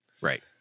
Right